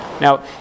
Now